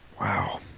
Wow